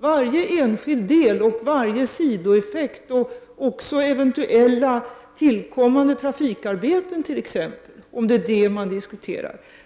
Varje enskilt projekt och varje sidoeffekt och eventuella tillkommande trafikarbeten osv.